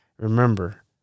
remember